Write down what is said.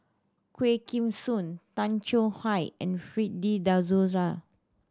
Quah Kim Song Tay Chong Hai and Fred De Souza